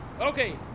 Okay